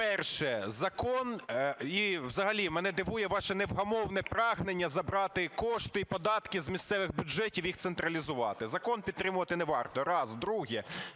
перше, закон, і взагалі мене дивує ваше невгамовне прагнення забрати кошти і податки з місцевих бюджетів, їх централізувати. Закон підтримувати не варто – раз. Друге,